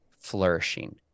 flourishing